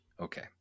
Okay